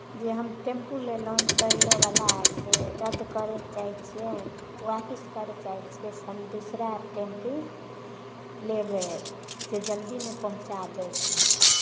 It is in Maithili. जे हम टेम्पू लेलहुँ पहिलेवला से रद्द करयके चाहै छियै वापिस करै चाहै छियै से हम दूसरा टेम्पू लेबै जे जल्दीमे पहुँचा दैके हइ